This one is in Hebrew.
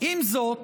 עם זאת,